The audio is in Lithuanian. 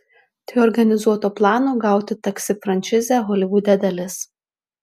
tai organizuoto plano gauti taksi franšizę holivude dalis